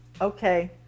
Okay